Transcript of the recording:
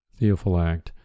Theophilact